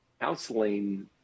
counseling